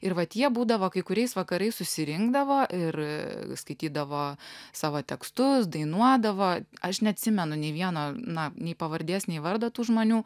ir vat jie būdavo kai kuriais vakarais susirinkdavo ir skaitydavo savo tekstus dainuodavo aš neatsimenu nei vieno na nei pavardės nei vardo tų žmonių